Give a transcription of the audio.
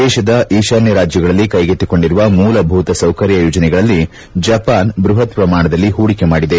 ದೇಶದ ಈಶಾನ್ಯ ರಾಜ್ಯಗಳಲ್ಲಿ ಕೈಗೆತ್ತಿಕೊಂಡಿರುವ ಮೂಲಭೂತ ಸೌಕರ್ಯ ಯೋಜನೆಗಳಲ್ಲಿ ಜಪಾನ್ ಬೃಹತ್ ಪ್ರಮಾಣದಲ್ಲಿ ಹೂಡಿಕೆ ಮಾಡಿದೆ